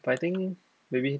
but I think maybe